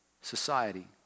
society